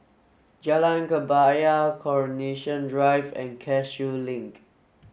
Jalan Kebaya Coronation Drive and Cashew Link